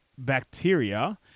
bacteria